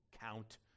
count